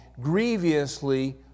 Grievously